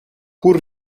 pur